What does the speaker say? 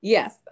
Yes